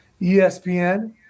ESPN